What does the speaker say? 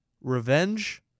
Revenge